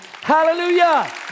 hallelujah